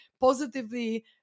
positively